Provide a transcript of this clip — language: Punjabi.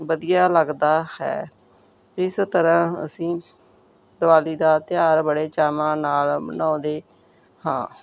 ਵਧੀਆ ਲੱਗਦਾ ਹੈ ਇਸ ਤਰ੍ਹਾਂ ਅਸੀਂ ਦੀਵਾਲੀ ਦਾ ਤਿਉਹਾਰ ਬੜੇ ਚਾਵਾਂ ਨਾਲ ਮਨਾਉਂਦੇ ਹਾਂ